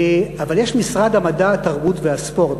אבל יש משרד המדע, התרבות והספורט.